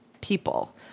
people